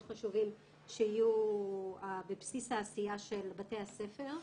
חשובים שיהיו בבסיס העשייה של בתי הספר.